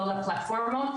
לא לפלטפורמות,